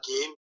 game